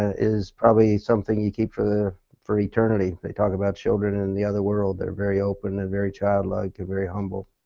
is probably something you keep for for eternity. they talk about children in the other world that are very open and and very childlike and very humble.